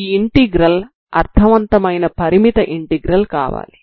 ఈ ఇంటిగ్రల్ అర్థవంతమైన పరిమిత ఇంటిగ్రల్ కావాలి